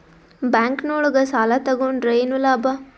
Bank ನೊಳಗ ಸಾಲ ತಗೊಂಡ್ರ ಏನು ಲಾಭ?